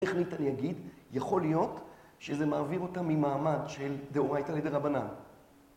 טכנית, אני אגיד, יכול להיות שזה מעביר אותה ממעמד של דאורייטא לידי רבנן.